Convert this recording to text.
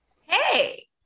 Hey